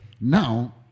now